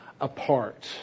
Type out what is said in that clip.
apart